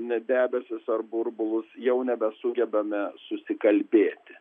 ne debesis ar burbulus jau nebesugebame susikalbėti